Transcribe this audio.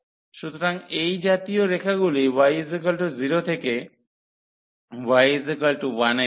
সুতরাং এই জাতীয় রেখাগুলি y0 থেকে y1 এ যায়